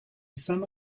some